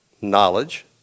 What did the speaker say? knowledge